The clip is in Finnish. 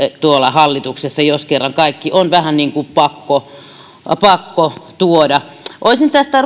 hallituksessa jos kerran kaikki on vähän niin kuin pakko pakko tuoda olisin tästä